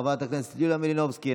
חברת הכנסת יוליה מלינובסקי,